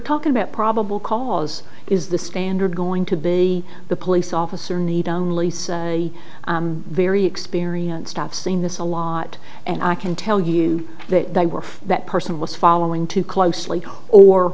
talking about probable cause is the standard going to be the police officer need only a very experienced have seen this a lot and i can tell you that that person was following too closely or